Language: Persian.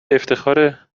افتخاره